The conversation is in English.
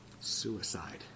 Suicide